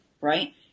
right